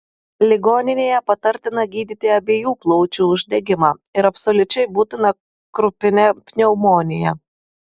ligoninėje patartina gydyti abiejų plaučių uždegimą ir absoliučiai būtina krupinę pneumoniją